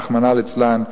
רחמנא ליצלן,